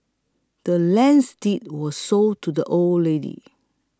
the land's deed was sold to the old lady